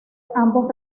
ambos